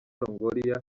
longoria